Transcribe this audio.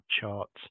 charts